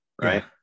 right